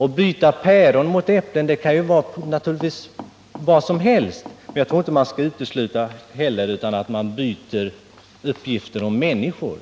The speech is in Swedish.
Att byta päron mot äpplen kan ju innebära vad som helst, men jag tror inte att man skall utesluta att det också kan röra sig om ett utbyte av uppgifter om människor.